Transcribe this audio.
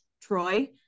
Troy